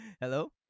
hello